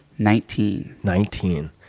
nineteen. nineteen.